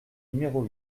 numéro